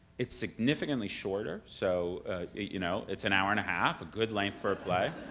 it's significantly shorter, so you know it's an hour and a half, a good length for a play.